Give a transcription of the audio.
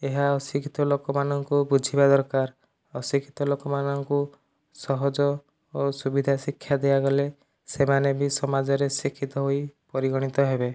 ଏହା ଅଶିକ୍ଷିତ ଲୋକ ମାନଙ୍କୁ ବୁଝିବା ଦରକାର ଅଶିକ୍ଷିତ ଲୋକ ମାନଙ୍କୁ ସହଜ ଓ ସୁବିଧା ଶିକ୍ଷା ଦିଆଗଲେ ସେମାନେ ବି ସମାଜ ରେ ଶିକ୍ଷିତ ହୋଇ ପରିଗଣିତ ହେବେ